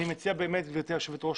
גברתי היושבת-ראש,